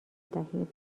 دهیم